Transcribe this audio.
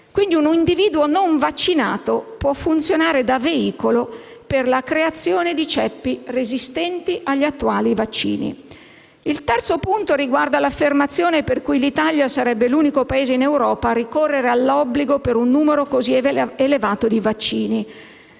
Quindi, un individuo non vaccinato può funzionare da veicolo per la creazione di ceppi resistenti agli attuali vaccini. Il terzo punto riguarda l'affermazione per cui l'Italia sarebbe l'unico Paese in Europa a ricorrere all'obbligo per un numero così elevato di vaccini.